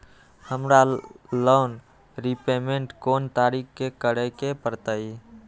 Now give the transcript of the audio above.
हमरा loan repayment कोन तारीख के करे के परतई?